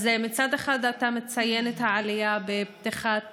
אז מצד אחד אתה מציין את העלייה בפתיחת